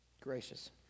Gracious